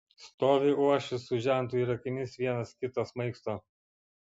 stovi uošvis su žentu ir akimis vienas kitą smaigsto